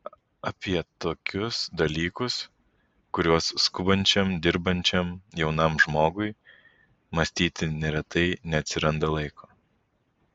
apie tokius dalykus kuriuos skubančiam dirbančiam jaunam žmogui mąstyti neretai neatsiranda laiko